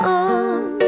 on